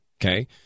okay